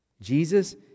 Jesus